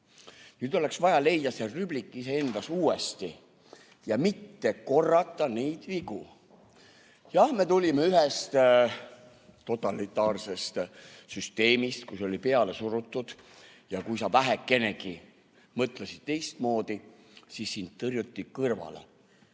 Nüüd oleks vaja leida rüblik iseendas uuesti üles ja mitte korrata neid vigu. Jah, me tulime ühest totalitaarsest süsteemist, kus kõik oli peale surutud, ja kui sa vähekenegi mõtlesid teistmoodi, siis sind tõrjuti kõrvale.